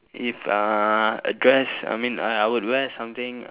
if uh a dress I mean I I would wear something